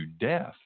death